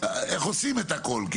עושים את הכול.